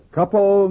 Couple